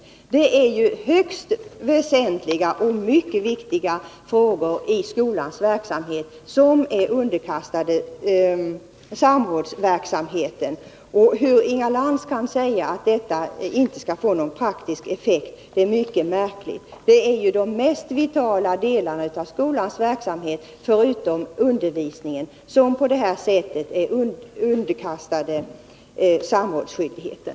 Detta är ju mycket viktiga frågor i skolans verksamhet, och de är alltså underkastade kravet på samråd. Hur Inga Lantz kan säga att detta inte får någon praktisk effekt är, som sagt, mycket märkligt. De mest vitala delarna av skolans verksamhet, förutom undervisningen, är ju på detta sätt underkastade samrådsskyldigheten.